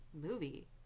movie